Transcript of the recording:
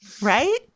right